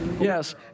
Yes